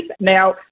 Now